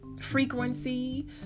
frequency